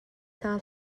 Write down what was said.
hna